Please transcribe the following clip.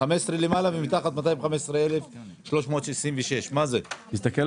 15 למעלה ומתחת 215,366. מה זה?